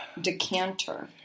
Decanter